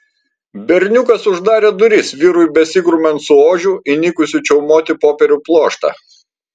berniukas uždarė duris vyrui besigrumiant su ožiu įnikusiu čiaumoti popierių pluoštą